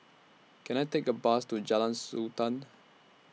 Can I Take A Bus to Jalan Sultan